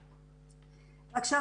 עכשיו,